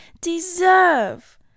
Deserve